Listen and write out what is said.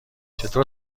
چطور